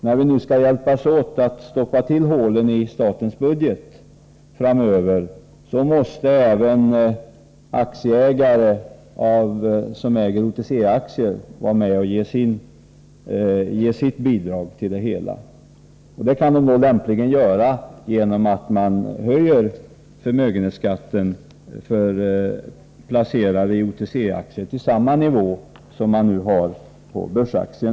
När vi nu skall hjälpas åt att stoppa hålen i statens budget framöver, måste även ägare av OTC-aktier vara med och ge sitt bidrag till det hela. Det kan lämpligen ske genom att man höjer förmögenhetsskatten på OTC-aktier till samma nivå som på vanliga börsaktier.